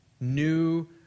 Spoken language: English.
new